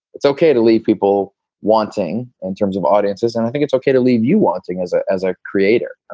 it's ok to leave people wanting in terms of audiences, and i think it's ok to leave you wanting as a as a creator.